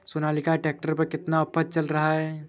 Sonalika tractor पर कितना offer चल रहा है?